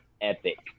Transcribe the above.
epic